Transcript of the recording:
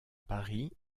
paris